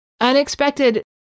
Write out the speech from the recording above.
Unexpected